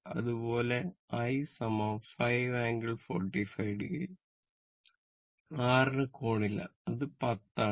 അതുപോലെ I 5 ∟45o R ന് കോണില്ല അത് 10 ആണ്